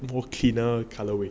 more cleaner colourway